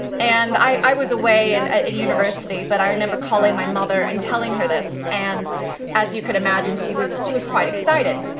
and i was away and in university, but i remember calling my mother and telling her this and as you can imagine, she was she was quite excited.